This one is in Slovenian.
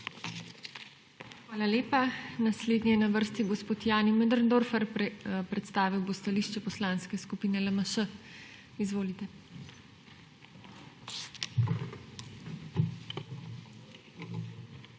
Hvala lepa. Naslednji je na vrsti gospod Jani Möderndorfer. Predstavil bo stališče Poslanske skupine LMŠ. Izvolite. JANI